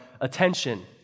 attention